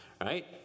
right